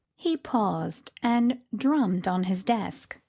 he paused and drummed on his desk.